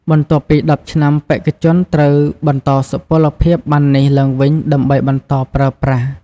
បន្ទាប់ពី ១០ ឆ្នាំ បេក្ខជនត្រូវបន្តសុពលភាពប័ណ្ណនេះឡើងវិញ ដើម្បីបន្តប្រើប្រាស់។